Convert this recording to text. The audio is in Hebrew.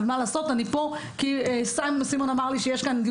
אבל אני פה כי סימון אמר לי שיש כאן דיון